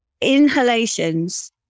inhalations